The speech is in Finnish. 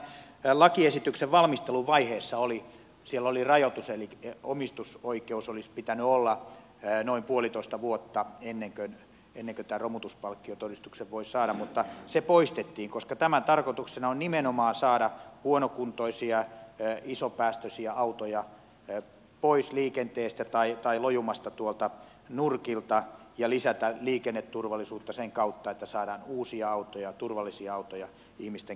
tämän lakiesityksen valmisteluvaiheessa siellä oli rajoitus omistusoikeus olisi pitänyt olla noin puolitoista vuotta ennen kuin tämän romutuspalkkiotodistuksen voi saada mutta se poistettiin koska tämän tarkoituksena on nimenomaan saada huonokuntoisia isopäästöisiä autoja pois liikenteestä tai lojumasta tuolta nurkilta ja lisätä liikenneturvallisuutta sen kautta että saadaan uusia autoja turvallisia autoja ihmisten käyttöön